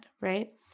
right